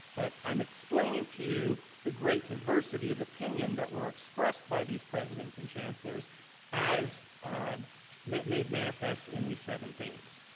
but i'm explaining to you the great diversity of opinion that were expressed by these presidents and chancellors as made manifest in these seven themes.